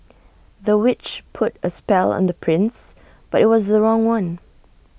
the witch put A spell on the prince but IT was the wrong one